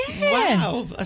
Wow